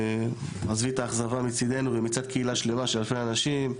עזבי את האכזבה מצידנו ומצד קהילה שלמה של אלפי אנשים,